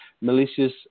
malicious